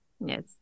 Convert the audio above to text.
Yes